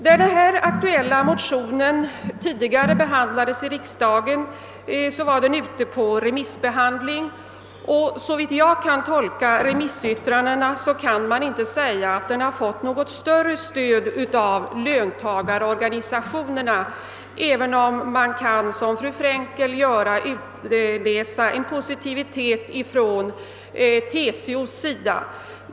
När den nu aktuella motionen tidigare behandlades i riksdagen sändes den ut på remissbehandling, och såvitt jag kan tolka remissyttrandena fick den knappast något större stöd av löntagarorganisationerna, även om man liksom fru Frenkel kan utläsa en positiv hållning från TCO:s sida.